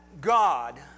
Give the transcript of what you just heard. God